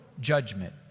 judgment